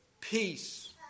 Peace